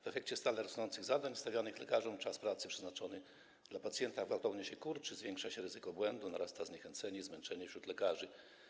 W efekcie stale rosnącej ilości zadań stawianych lekarzom czas pracy przeznaczony dla pacjenta gwałtownie się kurczy, zwiększa się ryzyko błędu, narasta zniechęcenie i zmęczenie wśród lekarzy.